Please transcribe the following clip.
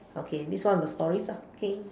okay this one of the stories ah okay